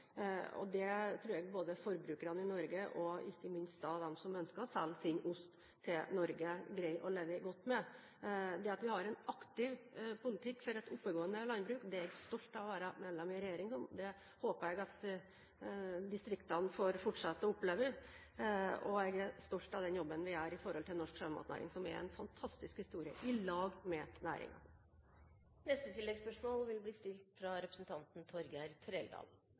Det tror jeg både forbrukerne i Norge og ikke minst dem som ønsker å selge sin ost til Norge, klarer å leve godt med. Jeg er stolt over å være medlem av en regjering som har en aktiv politikk for et oppegående landbruk, og det håper jeg distriktene får fortsette å oppleve. Og jeg er stolt av den jobben vi gjør med hensyn til norsk sjømatnæring – som er en fantastisk historie – sammen med næringen. Torgeir Trældal – til oppfølgingsspørsmål. Jeg registrerer at opptil flere spørsmål er stilt